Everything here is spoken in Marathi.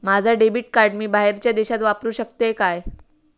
माझा डेबिट कार्ड मी बाहेरच्या देशात वापरू शकतय काय?